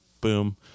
Boom